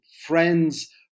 friends